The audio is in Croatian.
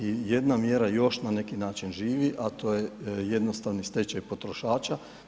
I jedna mjera još na neki način živi, a to je jednostavni stečaj potrošača.